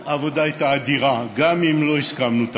העבודה הייתה אדירה, גם אם לא תמיד הסכמנו.